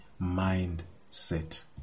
mindset